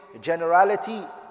generality